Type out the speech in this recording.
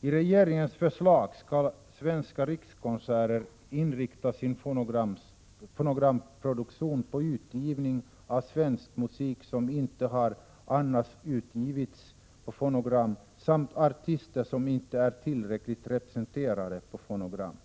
Enligt regeringens förslag skall Svenska Rikskonserter inrikta sin fonogramproduktion på utgivning av svensk musik som inte annars har utgivits på fonogram samt artister som inte är tillräckligt representerade på fonogram.